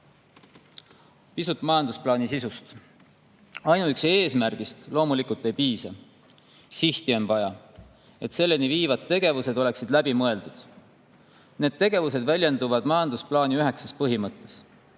Pisutmajandusplaani sisust. Ainuüksi eesmärgist loomulikult ei piisa, sihti on vaja, et selleni viivad tegevused oleksid läbi mõeldud. Need tegevused väljenduvad majandusplaani üheksas põhimõttes: